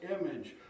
image